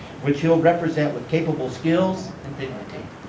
which he'll represent with capable skills and dignity.